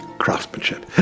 craftsmanship.